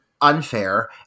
unfair